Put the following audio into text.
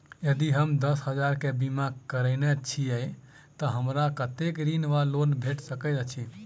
यदि हम दस हजार केँ बीमा करौने छीयै तऽ हमरा कत्तेक ऋण वा लोन भेट सकैत अछि?